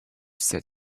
said